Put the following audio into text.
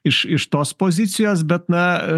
iš iš tos pozicijos bet na